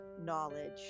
knowledge